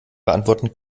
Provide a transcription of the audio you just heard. beantworten